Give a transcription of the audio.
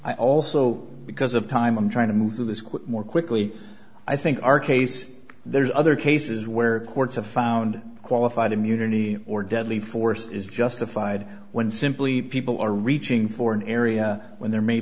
i also because of time i'm trying to move through this quick more quickly i think our case there are other cases where courts have found qualified immunity or deadly force is justified when simply people are reaching for an area when there may